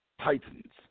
Titans